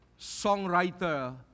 songwriter